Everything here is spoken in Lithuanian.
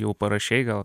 jau parašei gal